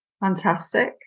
Fantastic